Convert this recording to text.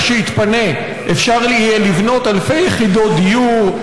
שיתפנה אפשר יהיה לבנות אלפי יחידות דיור,